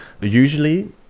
usually